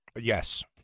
Yes